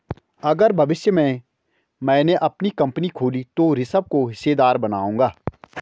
अगर भविष्य में मैने अपनी कंपनी खोली तो ऋषभ को हिस्सेदार बनाऊंगा